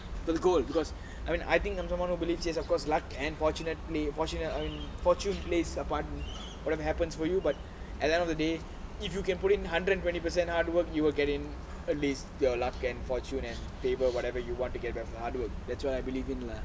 for the goal because I mean I think I'm someone who believes in that luck and fortunate I mean fortune plays a part whatever happens for you but at the end of the day if you can put in hundred and twenty percent hard work you will get in at least your luck and fortune and faber whatever you want to get back the hard work that's what I believe in lah